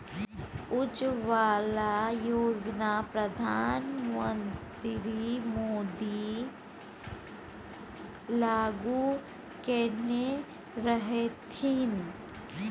उज्जवला योजना परधान मन्त्री मोदी लागू कएने रहथिन